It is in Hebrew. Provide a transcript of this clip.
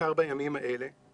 ובעיקר בימים האלה,